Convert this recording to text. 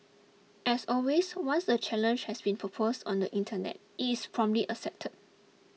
as always once a challenge has been proposed on the Internet it's promptly accepted